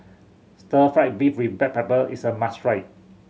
Stir Fry beef with black pepper is a must try